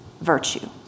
virtue